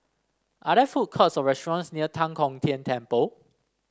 are there food courts or restaurants near Tan Kong Tian Temple